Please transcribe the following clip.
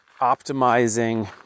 optimizing